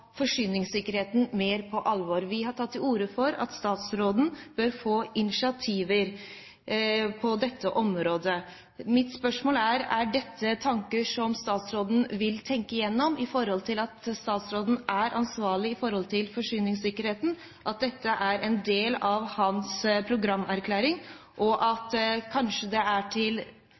forsyningssikkerheten mer på alvor. Vi har tatt til orde for at statsråden bør ta initiativ på dette området. Mitt spørsmål er: Er dette tanker som statsråden vil tenke gjennom? Statsråden er ansvarlig for forsyningssikkerheten, og dette er en del av hans programerklæring. Kanskje er det på dette punktet statsråden til syvende og